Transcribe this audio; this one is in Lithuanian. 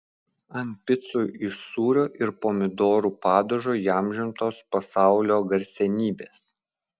ant picų iš sūrio ir pomidorų padažo įamžintos pasaulio garsenybės